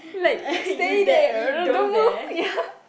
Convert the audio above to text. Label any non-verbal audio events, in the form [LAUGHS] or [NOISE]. like stay there don't move [LAUGHS] ya